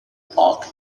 park